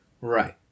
Right